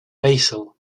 basal